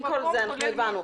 לשום מקום, כולל למקווה.